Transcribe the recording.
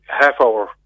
half-hour